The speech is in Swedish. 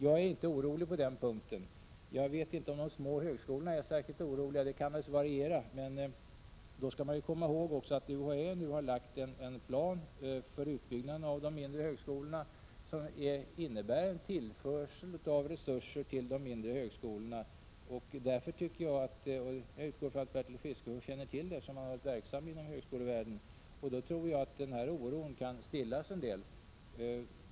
Jag är inte orolig på den här punkten, och jag vet inte om de små högskolorna är särskilt oroliga. Det kan naturligtvis variera, men man skall då också komma ihåg att UHÄ nu har lagt fram en plan för utbyggnaden av de mindre högskolorna som innebär att dessa tillförs resurser. Jag utgår ifrån att Bertil Fiskesjö känner till det, eftersom han har varit verksam inom högskolevärlden. Genom denna utbyggnadsplan tror jag att den här oron kan stillas en del.